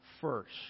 first